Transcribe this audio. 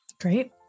Great